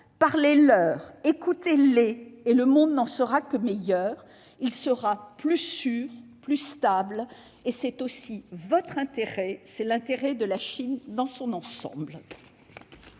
Parlez-leur, écoutez-les, et le monde n'en sera que meilleur : il sera plus sûr, plus stable. Et c'est aussi votre intérêt, c'est l'intérêt de la Chine dans son ensemble.